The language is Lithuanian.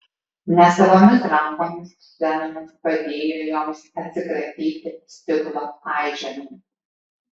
nesavomis rankomis zenonas padėjo joms atsikratyti stiklo aiženų